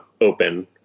open